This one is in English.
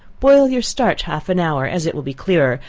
boil your starch half an hour, as it will be clearer,